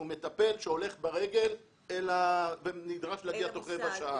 הוא מטפל שהולך ברגל ונדרש להגיע תוך רבע שעה.